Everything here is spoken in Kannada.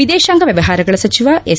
ವಿದೇಶಾಂಗ ವ್ಲವಹಾರಗಳ ಸಚಿವ ಎಸ್